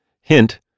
Hint